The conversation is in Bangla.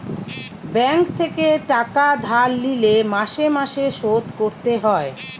ব্যাঙ্ক থেকে টাকা ধার লিলে মাসে মাসে শোধ করতে হয়